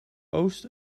oost